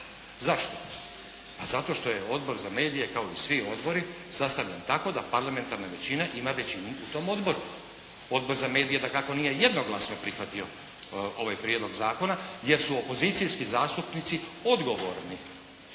Zašto? Pa zato što je Odbor za medije kao i svi odbori sastavljen tako da parlamentarna većina ima većinu u tom odboru. Odbor za medije dakako nije jednoglasno prihvatio ovaj prijedlog zakona jer su opozicijski zastupnici odgovorni